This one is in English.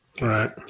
Right